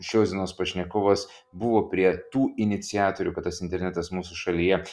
šios dienos pašnekovas buvo prie tų iniciatorių kad tas internetas mūsų šaluje